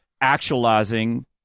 actualizing